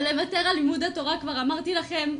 ולוותר על לימוד התורה, כבר אמרתי לכם,